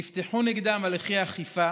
נפתחו נגדן הליכי אכיפה